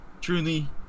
truly